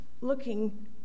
looking